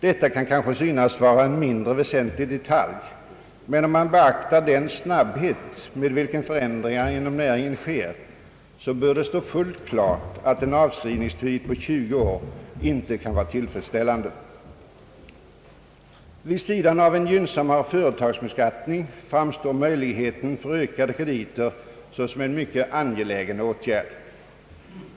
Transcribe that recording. Detta kan synas vara en mindre väsentlig detalj, men om man beaktar den snabbhet med vilken förändringar inom näringen sker, borde det stå fullt klart att en avskrivningstid på 20 år inte kan vara tillfredsställande. Vid sidan av en gynnsammare företagsbeskatining framstår möjligheten till ökade krediter såsom en mycket angelägen åtgärd.